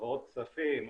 העברות כספים,